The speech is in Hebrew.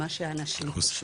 ממה שאנשים חושבים.